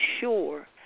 sure